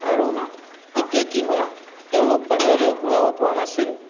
আৰু তেতিয়া কি হয় তেওঁলোক বাহিৰলৈ ওলাব পৰা নাছিল